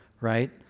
right